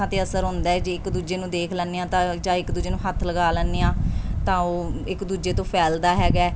ਅੱਖਾਂ 'ਤੇ ਅਸਰ ਹੁੰਦਾ ਹੈ ਜੇ ਇੱਕ ਦੂਜੇ ਨੂੰ ਦੇਖ ਲੈਂਦੇ ਹਾਂ ਤਾਂ ਚਾਹੇ ਇੱਕ ਦੂਜੇ ਨੂੰ ਹੱਥ ਲਗਾ ਲੈਂਦੇ ਹਾਂ ਤਾਂ ਉਹ ਇੱਕ ਦੂਜੇ ਤੋਂ ਫੈਲਦਾ ਹੈਗਾ